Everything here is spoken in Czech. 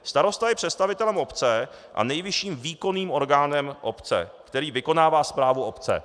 Starosta je představitelem obce a nejvyšším výkonným orgánem obce, který vykonává správu obce.